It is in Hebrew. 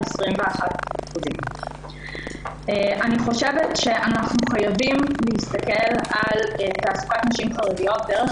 21%. אני חושבת שאנחנו חייבים להסתכל על תעסוקת נשים חרדיות דרך